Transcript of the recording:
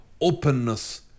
openness